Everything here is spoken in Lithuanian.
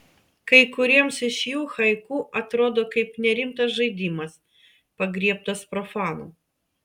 kai kuriems iš jų haiku atrodo kaip nerimtas žaidimas pagriebtas profanų